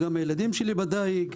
גם הילדים שלי עוסקים בדיג,